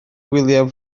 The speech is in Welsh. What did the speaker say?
william